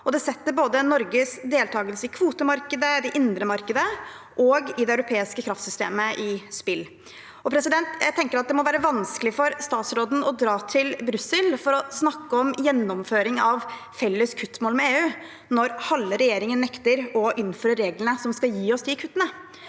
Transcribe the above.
Det setter Norges deltakelse i både kvotemarkedet, det indre markedet og det europeiske kraftsystemet på spill. Jeg tenker det må være vanskelig for statsråden å dra til Brussel for å snakke om gjennomføring av felles kuttmål med EU, når halve regjeringen nekter å innføre reglene som skal gi oss de kuttene.